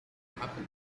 happen